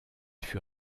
fut